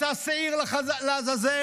מצא שעיר לעזאזל: